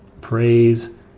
praise